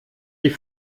die